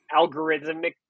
algorithmic